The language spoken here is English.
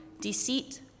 deceit